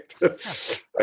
right